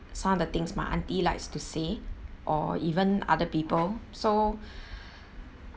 some of the things my auntie likes to say or even other people so